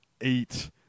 eight